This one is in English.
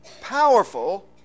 powerful